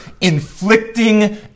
inflicting